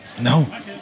no